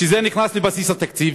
שזה נכנס לבסיס התקציב,